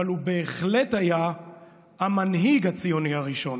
אבל הוא בהחלט היה המנהיג הציוני הראשון.